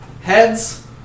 Heads